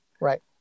right